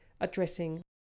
addressing